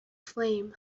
flame